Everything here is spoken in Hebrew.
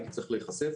הייתי צריך להיחשף,